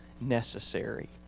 necessary